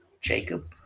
Jacob